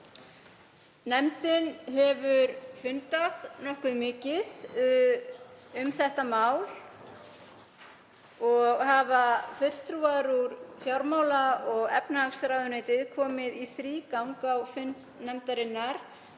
Nefndin hefur fundað nokkuð mikið um þetta mál og hafa fulltrúar frá fjármála- og efnahagsráðuneyti komið í þrígang á fund nefndarinnar